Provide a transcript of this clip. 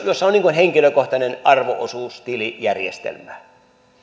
jossa olisi henkilökohtainen arvo osuustilijärjestelmä